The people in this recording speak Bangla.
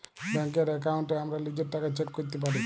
ব্যাংকের একাউন্টে হামরা লিজের টাকা চেক ক্যরতে পারি